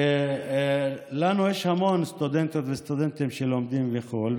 לנו יש המון סטודנטיות וסטודנטים שלומדים בחו"ל,